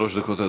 שלוש דקות.